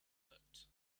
cut